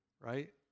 Right